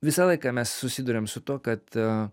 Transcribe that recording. visą laiką mes susiduriam su tuo kad